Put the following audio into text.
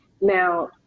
Now